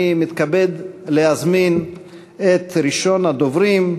אני מתכבד להזמין את ראשון הדוברים,